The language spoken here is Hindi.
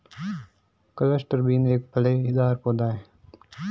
क्लस्टर बीन एक फलीदार पौधा है